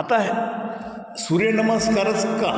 आत्ता हे सूर्यनमस्कारच का